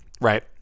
right